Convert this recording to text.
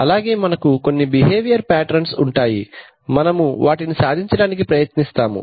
అలాగే మనకు కొన్ని బిహేవియరల్ ప్యాటర్న్లు ఉంటాయి మనము వాటిని సాధించడానికి ప్రయత్నిస్తాము